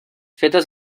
fetes